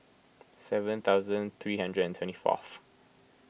seven thousand three hundred and twenty fourth